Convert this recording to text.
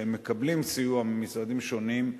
שהם מקבלים סיוע ממשרדים שונים,